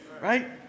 Right